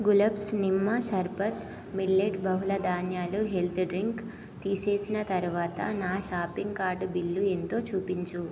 గులాబ్స్ నిమ్మ షర్బత్ మిల్లెట్ బహుళధాన్యాలు హెల్త్ డ్రింక్ తీసేసిన తరువాత నా షాపింగ్ కార్టు బిల్లు ఎంతో చూపించు